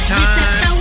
time